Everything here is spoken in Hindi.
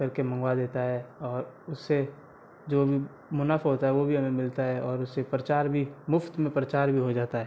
करके के मंगवा देता है और उससे जो भी मुनाफ़ा होता है वो भी हमें मिलता है और उससे प्रचार भी मुफ़्त में प्रचार भी हो जाता है